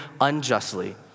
unjustly